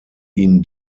ihn